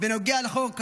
בנוגע לחוק הגיוס.